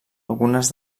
algunes